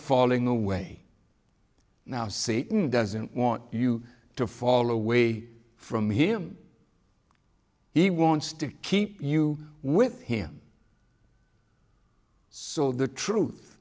falling away now see doesn't want you to fall away from him he wants to keep you with him so the truth